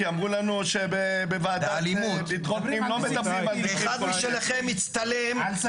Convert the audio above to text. כי אמרו לנו שבוועדה לביטחון פנים לא מדברים על אירועים קונקרטיים.